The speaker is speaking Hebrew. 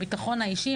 הביטחון האישי,